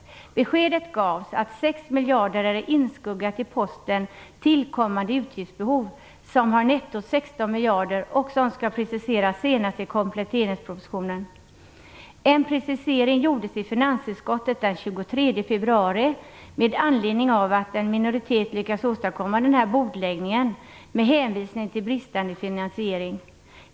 Det beskedet gavs då att 6 miljarder är inskuggade i posten Tillkommande utgiftsbehov, som uppgår till nästan 16 miljarder och som skall preciseras senast i kompletteringspropositionen. En precisering gjordes i finansutskottet den 23 februari med anledning av att en minoritet med hänvisning till bristande finansiering lyckades åstadkomma denna bordläggning.